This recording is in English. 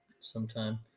sometime